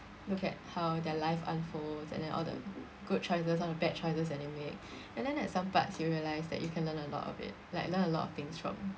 look at how their life unfolds and then all the good choices all the bad choices that they make and then at some parts you realise that you can learn a lot of it like learn a lot of things from